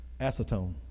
Acetone